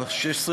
התשע"ו,